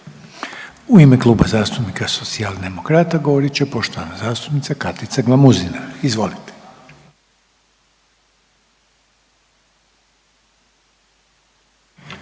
U ime Kluba zastupnika Socijaldemokrata govorit će poštovana zastupnica Katica Glamuzina. Izvolite.